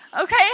Okay